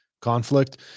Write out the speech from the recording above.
conflict